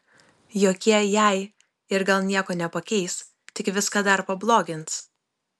jokie jei ir gal nieko nepakeis tik viską dar pablogins